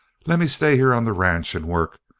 lemme stay here on the ranch and work,